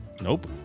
Nope